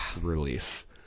Release